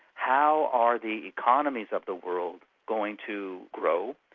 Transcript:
how are the economies of the world going to grow,